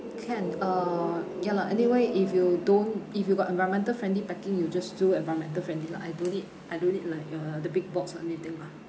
can uh ya lah anyway if you don't if you got environmental friendly packing you just do environmental friendly lah I don't need I don't need like uh the big box or anything lah